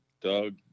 Doug